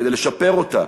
כדי לשפר אותה,